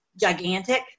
gigantic